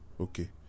Okay